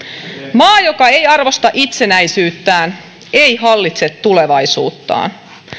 maa joka ei arvosta itsenäisyyttään ei hallitse tulevaisuuttaan